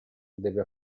deve